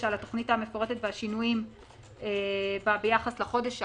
על התוכנית המפורטת והשינויים ביחס לחודש הקודם,